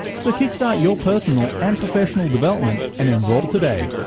so, kick-start your personal and professional development and enroll today.